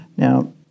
Now